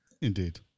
Indeed